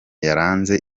yaranze